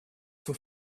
for